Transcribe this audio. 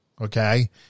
okay